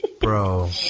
bro